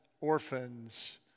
orphans